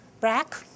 BRAC